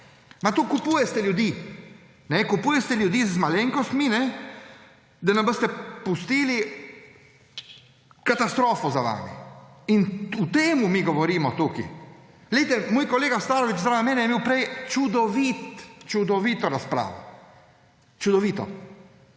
to kupujete ljudi. Kupujete ljudi z malenkostmi, da boste pustili katastrofo za sabo. O tem mi govorimo tukaj. Glejte, moj kolega Starović zraven mene je imel prej čudovito razpravo. Čudovito.